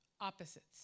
opposites